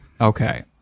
Okay